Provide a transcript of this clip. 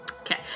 Okay